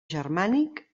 germànic